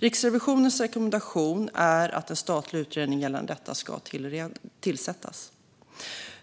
Riksrevisionens rekommendation är att en statlig utredning gällande detta ska tillsättas.